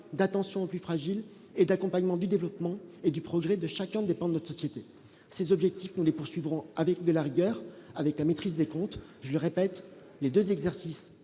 d'attention aux plus fragiles et d'accompagnement du développement et du progrès de chacun dépend de notre société, ces objectifs, nous les poursuivrons avec de la rigueur avec la maîtrise des comptes, je le répète, les 2 exercices